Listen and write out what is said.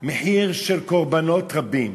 מחיר של קורבנות רבים,